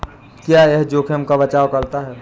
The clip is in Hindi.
क्या यह जोखिम का बचाओ करता है?